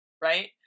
right